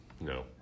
no